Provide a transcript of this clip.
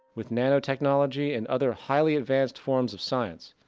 with nano technology and other highly advanced forms of science,